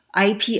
IP